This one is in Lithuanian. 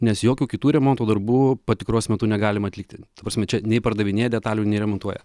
nes jokių kitų remonto darbų patikros metu negalima atlikti ta prasme čia nei pardavinėja detalių nei remontuoja